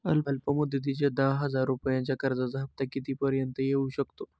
अल्प मुदतीच्या दहा हजार रुपयांच्या कर्जाचा हफ्ता किती पर्यंत येवू शकतो?